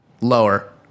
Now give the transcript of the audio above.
Lower